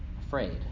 afraid